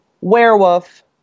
werewolf